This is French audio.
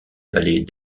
vallée